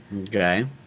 okay